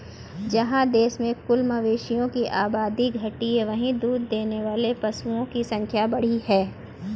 जहाँ देश में कुल मवेशियों की आबादी घटी है, वहीं दूध देने वाले पशुओं की संख्या बढ़ी है